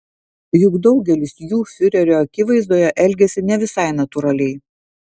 juk daugelis jų fiurerio akivaizdoje elgiasi ne visai natūraliai